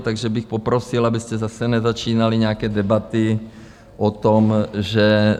Takže bych poprosil, abyste zase nezačínali nějaké debaty o tom, že...